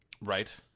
right